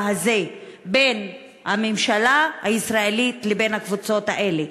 הזה בין הממשלה הישראלית לבין הקבוצות האלה.